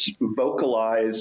vocalize